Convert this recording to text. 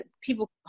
people